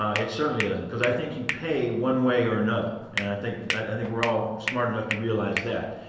ah it certainly doesn't cause i think you pay one way or another and i think i think we're all smart enough to realize that.